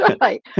right